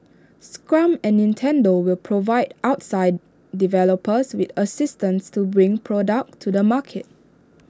scrum and Nintendo will provide outside developers with assistance to bring products to the market